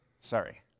Sorry